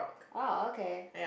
oh okay